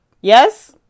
Yes